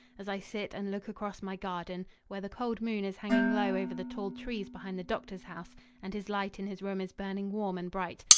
as i sit and look across my garden, where the cold moon is hanging low over the tall trees behind the doctor's house and his light in his room is burning warm and bright.